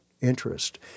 Interest